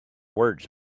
words